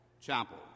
chapel